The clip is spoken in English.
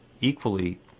equally